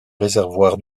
réservoir